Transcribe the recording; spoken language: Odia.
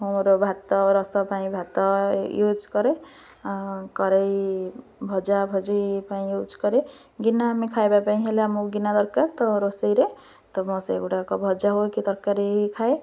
ମୋର ଭାତ ରସ ପାଇଁ ଭାତ ୟୁଜ୍ କରେ କଡ଼ାଇ ଭଜା ଭଜି ପାଇଁ ୟୁଜ୍ କରେ ଗିନା ଆମେ ଖାଇବା ପାଇଁ ହେଲେ ଆମ ଗିନା ଦରକାର ତ ରୋଷେଇରେ ତ ମୁଁ ସେଗୁଡ଼ାକ ଭଜା ହଉ କି ତରକାରୀ ଖାଏ